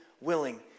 willing